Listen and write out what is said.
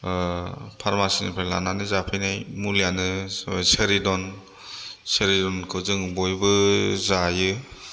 फारमासिनिफ्राय लानानै जाफैनाय मुलियानो सेरिड'न सेरिड'नखौ जोङो बयबो जायो